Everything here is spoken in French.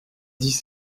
dix